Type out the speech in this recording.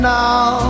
now